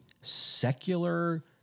secular